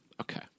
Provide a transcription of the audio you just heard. Okay